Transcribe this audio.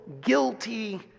Guilty